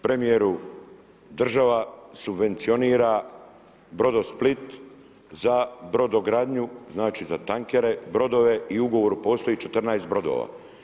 Premijeru država subvencionira Brodosplit za brodogradnju, znači za tankere, brodove i u ugovoru postoji 14 brodova.